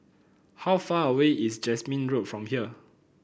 how far away is Jasmine Road from here